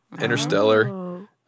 Interstellar